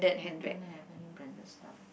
I don't have any branded stuff